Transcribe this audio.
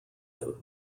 him